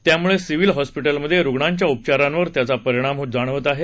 त्यामुळे सिव्हील हॉस्पिटलमध्ये रुग्णांच्या उपचारावर त्याचा परिणाम जाणवत आहे